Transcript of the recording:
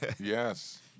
yes